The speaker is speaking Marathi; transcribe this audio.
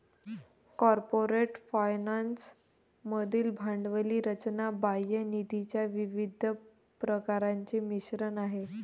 कॉर्पोरेट फायनान्स मधील भांडवली रचना बाह्य निधीच्या विविध प्रकारांचे मिश्रण आहे